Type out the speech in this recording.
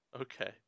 Okay